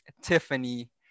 Tiffany